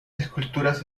esculturas